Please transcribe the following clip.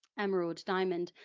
emerald, diamond,